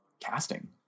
casting